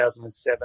2007